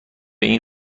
این